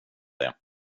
det